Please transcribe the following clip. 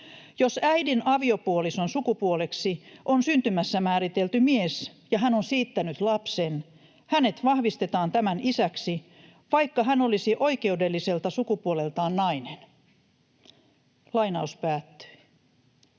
”Jos äidin aviopuolison sukupuoleksi on syntymässä määritelty mies ja hän on siittänyt lapsen, hänet vahvistetaan tämän isäksi, vaikka hän olisi oikeudelliselta sukupuoleltaan nainen.” Ei tarvitse